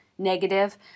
negative